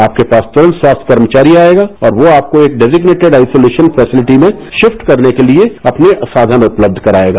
आपके पास तुरंत स्वास्थ्य कर्मचारी आएगा और वह आपको एक डजिसनेटेड आईसुलेसन फैसलिटी में सिफ्ट करने के लिए अपने साधन उपलब्ध कराएगा